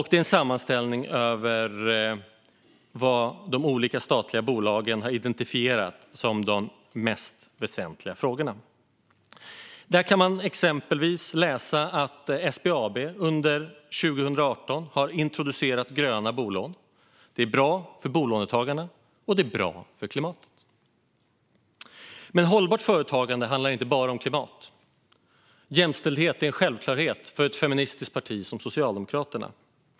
Det är en sammanställning över vad de olika statliga bolagen har identifierat som de mest väsentliga frågorna. Där kan man exempelvis läsa att SBAB under 2018 introducerade gröna bolån. Det är bra för bolånetagarna, och det är bra för klimatet. Hållbart företagande handlar dock inte bara om klimat. Jämställdhet är en självklarhet för ett feministiskt parti som Socialdemokraterna.